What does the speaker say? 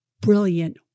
brilliant